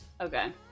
Okay